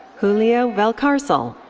julio valcarcel.